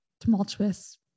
tumultuous